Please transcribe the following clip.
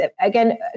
again